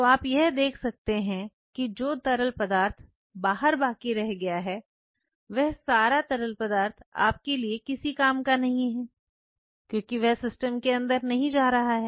तो आप यह देख सकते हैं कि जो तरल पदार्थ बाहर बाकी रह गया है वह सारा तरल आपके लिए किसी काम का नहीं है क्योंकि वह सिस्टम के अंदर नहीं जा रहा है